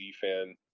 fan